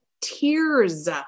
tears